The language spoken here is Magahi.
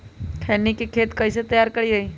खैनी के खेत कइसे तैयार करिए?